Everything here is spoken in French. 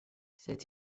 c’est